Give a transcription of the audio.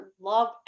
love